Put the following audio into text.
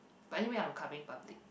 but anyway I'm coming public